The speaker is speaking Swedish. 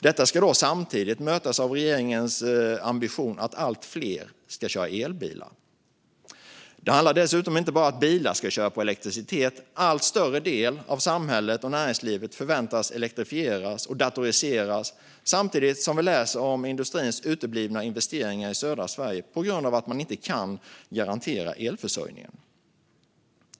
Detta ska samtidigt mötas av regeringens ambition att allt fler ska köra elbilar. Det handlar dessutom inte bara om att bilar ska köras på elektricitet. En allt större del av samhället och näringslivet förväntas elektrifieras och datoriseras, samtidigt som vi läser om industrins uteblivna investeringar i södra Sverige på grund av att man inte kan garantera elförsörjningen.